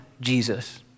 Jesus